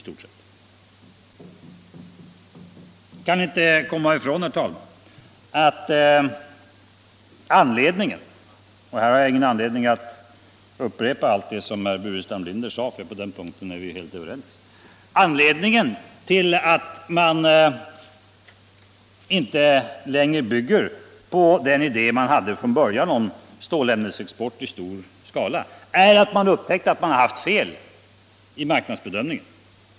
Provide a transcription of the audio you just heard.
Jag kan inte komma ifrån, herr talman, att anledningen till att man inte längre bygger på den idé man hade från början om stålämnesexport i stor skala är att man upptäckt att man haft fel i marknadsbedömningen.